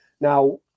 Now